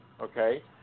okay